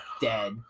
dead